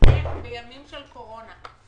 איך בימים של קורונה,